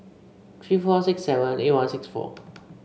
three four six seven eight one six four